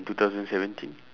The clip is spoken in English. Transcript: two thousand seventeen